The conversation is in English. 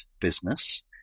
business